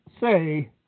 say